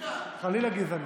חלילה גזענות.